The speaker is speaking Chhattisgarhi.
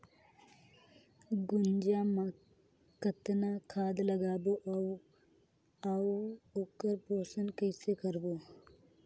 गुनजा मा कतना खाद लगाबो अउ आऊ ओकर पोषण कइसे करबो?